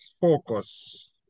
focus